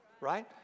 Right